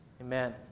amen